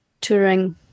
touring